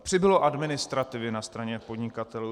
Přibylo administrativy na straně podnikatelů.